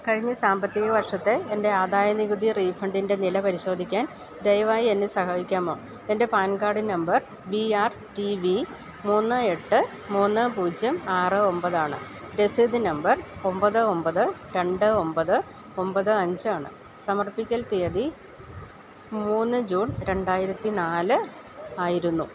കഴിഞ്ഞ സാമ്പത്തിക വർഷത്തെ എൻ്റെ ആദായനികുതി റീഫണ്ടിൻ്റെ നില പരിശോധിക്കാൻ ദയവായി എന്നെ സഹായിക്കാമോ എൻ്റെ PAN card number V R T V മൂന്ന് എട്ട് മൂന്ന് പൂജ്യം ആറ് ഒമ്പതാണ് രസീത് നമ്പർ ഒമ്പത് ഒമ്പത് രണ്ട് ഒമ്പത് ഒമ്പത് അഞ്ചാണ് സമർപ്പിക്കൽ തീയതി മൂന്ന് ജൂൺ രണ്ടായിരത്തി നാല് ആയിരുന്നു